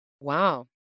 Wow